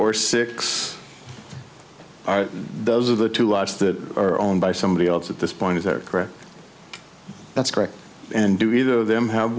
or six are those of the two watch that are owned by somebody else at this point is that correct that's correct and do either of them have